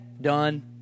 done